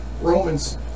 Romans